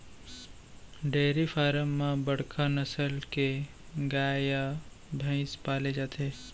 dairy farm म बड़का नसल के गाय या भईंस पाले जाथे